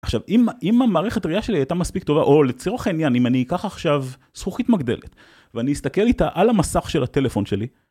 עכשיו אם המערכת ראייה שלי הייתה מספיק טובה, או לצורך העניין, אם אני אקח עכשיו זכוכית מגדלת ואני אסתכל איתה על המסך של הטלפון שלי